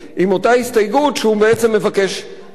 והוא בעצם מבקש להוריד את הדבר הזה.